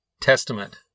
Testament